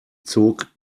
zog